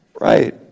Right